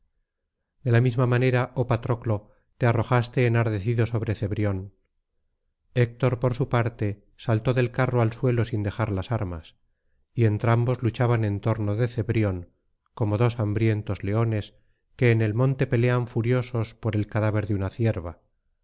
de la misma manera oh patroclo te arrojaste enardecido sobre cebrión héctor por su parte saltó del carro al suelo sin dejar las armas y entrambos luchaban en torno de cebrión como dos hambrientos leones que en el monte pelean furiosos por el cadáver de una cierva